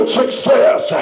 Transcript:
success